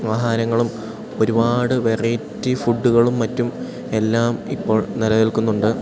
ആഹാരങ്ങളും ഒരുപാട് വെറൈറ്റി ഫുഡ്ഡുകളും മറ്റും എല്ലാം ഇപ്പോൾ നിലനിൽക്കുന്നതു കൊണ്ട്